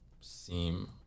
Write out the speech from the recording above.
seem